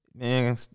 Man